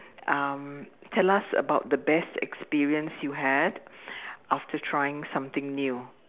um tell us about the best experience you had after trying something new